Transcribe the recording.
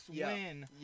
win